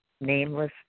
nameless